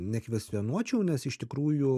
nekvestionuočiau nes iš tikrųjų